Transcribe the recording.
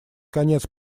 конец